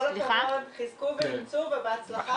הכבוד, חיזקו ואימצו ובהצלחה.